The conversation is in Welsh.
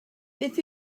beth